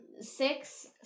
Six